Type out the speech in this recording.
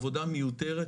עבודה מיותרת,